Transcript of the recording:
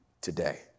today